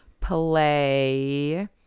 play